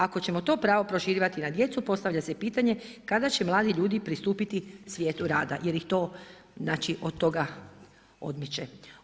Ako ćemo to pravo proširivati na djecu, postavlja se pitanje kada će mladi ljudi pristupiti svijetu rada jer ih to od toga odmiče.